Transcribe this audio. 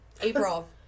April